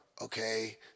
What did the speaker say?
okay